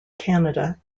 canada